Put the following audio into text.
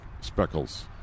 speckles